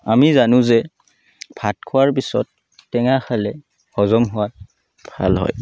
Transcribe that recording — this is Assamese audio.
আমি জানো যে ভাত খোৱাৰ পিছত টেঙা খালে হজম হোৱাত ভাল হয়